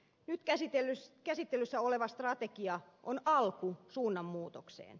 nyt käsittelyssä oleva strategia on alku suunnanmuutokseen